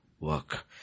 Work